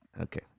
Okay